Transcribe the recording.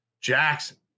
Jackson